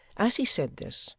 as he said this,